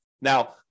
Now